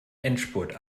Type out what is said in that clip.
endspurt